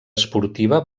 esportiva